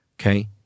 okay